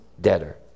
debtor